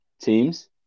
teams